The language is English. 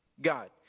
God